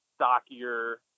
stockier